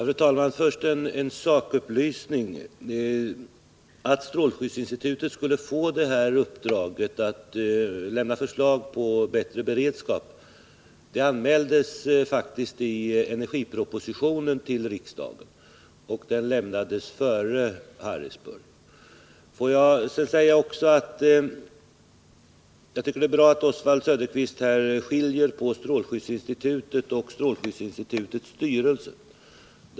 Fru talman! Först en sakupplysning: Att strålskyddsinstitutet skulle få uppdraget att lämna förslag till åtgärder för bättre beredskap anmäldes faktiskt i energipropositionen till riksdagen. Den avlämnades före Harrisburgolyckan. Jag tycker det är bra att Oswald Söderqvist skiljer mellan strålskyddsinstitutet och strålskyddsinstitutets styrelse.